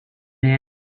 man